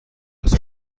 سال